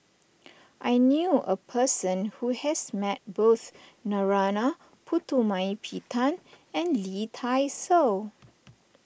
I knew a person who has met both Narana Putumaippittan and Lee Dai Soh